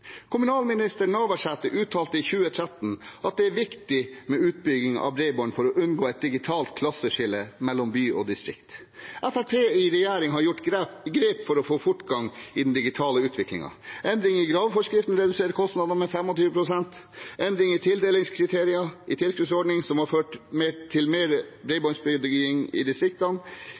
Kommunalminister Navarsete uttalte i 2013 at det er viktig med utbygging av bredbånd for å unngå et digitalt klasseskille mellom by og distrikt. Fremskrittspartiet i regjering har gjort grep for å få fortgang i den digitale utviklingen. Endring av graveforskriften reduserer kostnadene med 25 pst., og endring i tildelingskriterier i tilskuddsordningen har ført til mer bredbåndsbygging i distriktene.